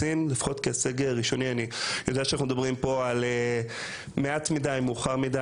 אני יודע שאנחנו מדברים פה על מעט מידי ומאוחר מידי,